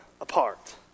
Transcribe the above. apart